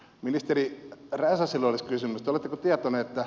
ministeri räsäselle olisi kysymys